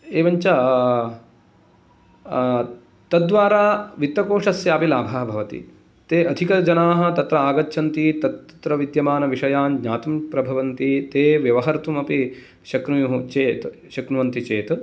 एवञ्च तद्वारा वित्तकोषस्यापि लाभः भवति ते अधिकजनाः तत्र आगच्छन्ति तत्र विद्यमानविषयान् ज्ञातुं प्रभवन्ति ते व्यवहर्तुमपि शक्नुयुः चेत् शक्नुवन्ति चेत्